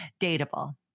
Dateable